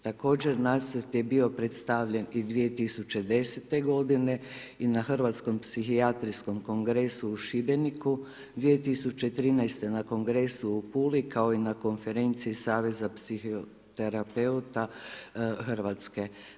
Također nacrt je bio predstavljen i 2010. godine i na Hrvatskom psihijatrijskom kongresu u Šibeniku, 2013. na Kongresu na Puli kao i na Konferenciji Saveza psihoterapeuta Hrvatske.